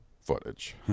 footage